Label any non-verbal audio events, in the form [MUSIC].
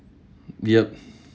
yup [BREATH]